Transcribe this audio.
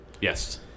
Yes